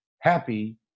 happy